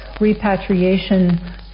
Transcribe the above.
repatriation